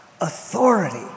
Authority